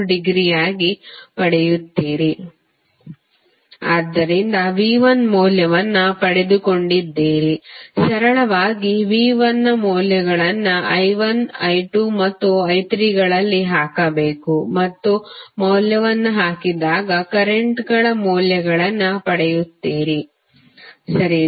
34° ಆಗಿ ಪಡೆಯುತ್ತೀರಿ ಆದ್ದರಿಂದ V1 ಮೌಲ್ಯವನ್ನು ಪಡೆದುಕೊಂಡಿದ್ದೀರಿ ಸರಳವಾಗಿ V1 ನ ಮೌಲ್ಯಗಳನ್ನು I1 I2ಮತ್ತು I3 ಗಳಲ್ಲಿ ಹಾಕಬೇಕು ಮತ್ತು ಮೌಲ್ಯವನ್ನು ಹಾಕಿದಾಗ ಕರೆಂಟ್ಗಳ ಮೌಲ್ಯಗಳನ್ನು ಪಡೆಯುತ್ತೀರಿ ಸರಿನಾ